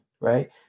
right